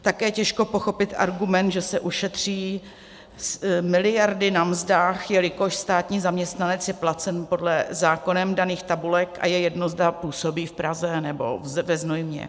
Také těžko pochopit argument, že se ušetří miliardy na mzdách, jelikož státní zaměstnanec je placen podle zákonem daných tabulek a je jedno, zda působí v Praze, nebo ve Znojmě.